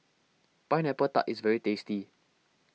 Pineapple Tart is very tasty